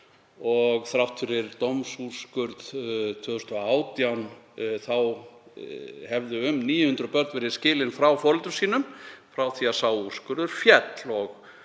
Þrátt fyrir dómsúrskurð 2018 hefðu um 900 börn verið skilin frá foreldrum sínum frá því að sá úrskurður féll.